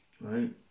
Right